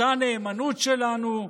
אותה נאמנות שלנו?